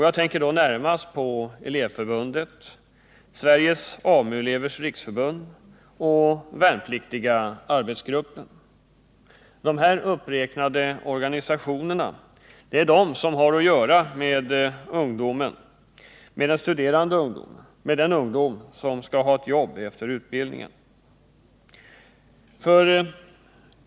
Jag tänker då närmast på Elevförbundet , Sveriges AMU-elevers riksförbund och Värnpliktiga arbetsgruppen . Det är de här organisationerna som har att göra med den studerande ungdomen, med den ungdom som skall ha ett jobb efter utbildningen.